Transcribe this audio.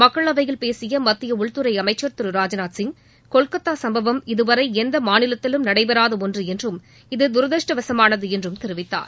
மக்களவையில் பேசிய மத்திய உள்துறை அமைச்ச் திரு ராஜ்நாத்சிங் கொல்கத்தா சம்பவம் இதுவரை எந்த மாநிலத்திலும் நடைபெறாத ஒன்று என்றும் இது துரதிருஷ்டவசமானது என்றும் தெரிவித்தார்